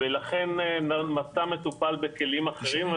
דרך קהילה ולכן הוא מטופל בכלים אחרים.